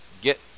get